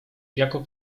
jako